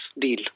deal